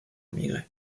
immigré